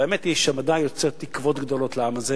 והאמת היא שהמדע יוצר תקוות גדולות לעם הזה